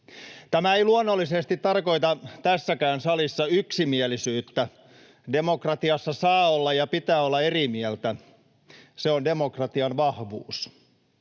Tämä ei luonnollisesti tarkoita tässäkään salissa yksimielisyyttä. Demokratiassa saa olla ja pitää olla eri mieltä. Se on demokratian vahvuus.